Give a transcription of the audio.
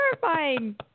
terrifying